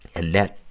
and that,